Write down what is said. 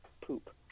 poop